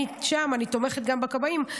אני שם, אני תומכת גם בכבאים.